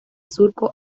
surco